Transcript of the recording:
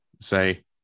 say